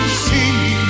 see